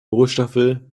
rohstoffe